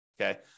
Okay